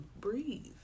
breathe